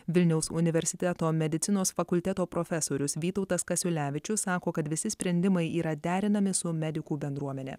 vilniaus universiteto medicinos fakulteto profesorius vytautas kasiulevičius sako kad visi sprendimai yra derinami su medikų bendruomene